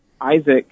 Isaac